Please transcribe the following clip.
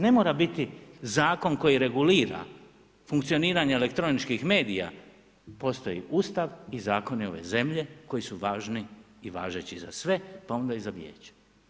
Ne mora biti Zakon koji regulira funkcioniranje elektroničkih medija, postoji Ustav i zakoni ove zemlje koji su važni i važeći za sve, pa onda i za Vijeće.